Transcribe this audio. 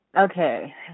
Okay